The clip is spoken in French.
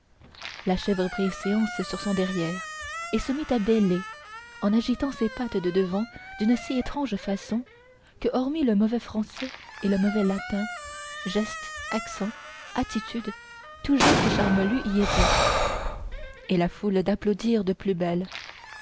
la chèvre prit séance sur son derrière et se mit à bêler en agitant ses pattes de devant d'une si étrange façon que hormis le mauvais français et le mauvais latin geste accent attitude tout jacques charmolue y était et la foule d'applaudir de plus belle